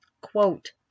quote